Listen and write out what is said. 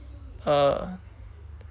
uh